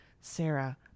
Sarah